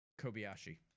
Kobayashi